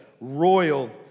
royal